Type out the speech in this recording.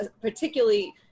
particularly